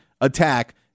attack